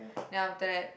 then after that